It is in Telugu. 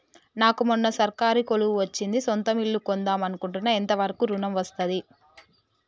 నాకు మొన్న సర్కారీ కొలువు వచ్చింది సొంత ఇల్లు కొన్దాం అనుకుంటున్నా ఎంత వరకు ఋణం వస్తది?